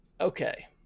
Okay